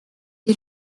est